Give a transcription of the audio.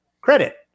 credit